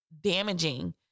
damaging